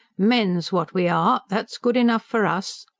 men's what we are that's good enough for us.